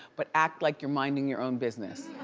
but act like you're minding your own business.